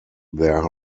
their